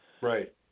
Right